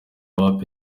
wapi